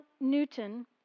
Newton